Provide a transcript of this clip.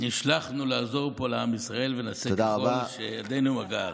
נשלחנו לעזור פה לעם ישראל, ונעשה כל שידינו מגעת.